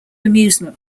amusement